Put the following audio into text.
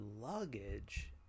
luggage